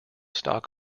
stock